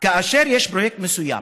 כאשר יש פרויקט מסוים